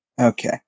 Okay